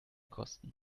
kosten